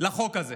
לחוק הזה